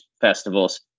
festivals